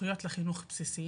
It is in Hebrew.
זכויות לחינוך בסיסי,